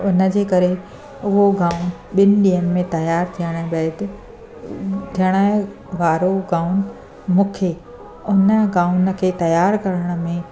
हुनजे करे उहो गाउन ॿिनि ॾींहंनि में तयारु थियण जे बैदि थियणु वारो गाउन मूंखे हुन गाउन खे तयारु करण में